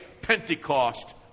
Pentecost